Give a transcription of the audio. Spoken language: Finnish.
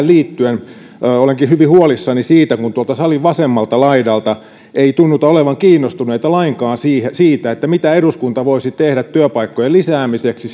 liittyen olenkin hyvin huolissani siitä kun tuolta salin vasemmalta laidalta ei tunnuta olevan kiinnostuneita lainkaan siitä mitä eduskunta voisi tehdä työpaikkojen lisäämiseksi